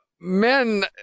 men